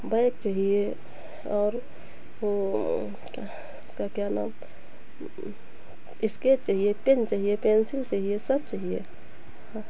bag चाहिए और वो उसका क्या नाम स्केच चाहिए पेन चाहिए पेन्सिल चाहिए सब चाहिए हं